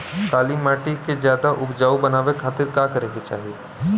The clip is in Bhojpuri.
काली माटी के ज्यादा उपजाऊ बनावे खातिर का करे के चाही?